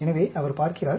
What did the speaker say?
எனவே அவர் பார்க்கிறார்